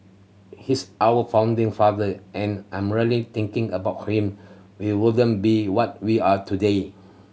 he's our founding father and I'm really thinking about him we wouldn't be what we are today